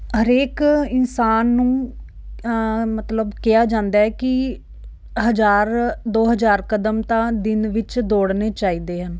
ਹਰੇਕ ਇਨਸਾਨ ਨੂੰ ਮਤਲਬ ਕਿਹਾ ਜਾਂਦਾ ਹੈ ਕਿ ਹਜ਼ਾਰ ਦੋ ਹਜ਼ਾਰ ਕਦਮ ਤਾਂ ਦਿਨ ਵਿੱਚ ਦੌੜਨੇ ਚਾਹੀਦੇ ਹਨ